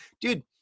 Dude